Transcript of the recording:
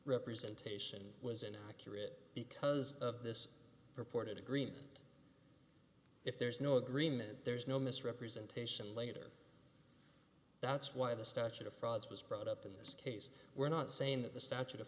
representation was an accurate because of this purported agreement if there's no agreement there's no misrepresentation later that's why the statute of frauds was brought up in this case we're not saying the statute of